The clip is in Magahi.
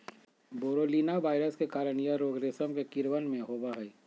बोरोलीना वायरस के कारण यह रोग रेशम के कीड़वन में होबा हई